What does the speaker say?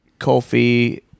Kofi